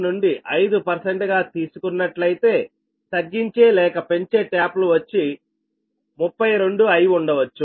6 to 5 గా తీసుకున్నట్లయితే తగ్గించే లేక పెంచే ట్యాప్ లు వచ్చి 32 అయి ఉండవచ్చు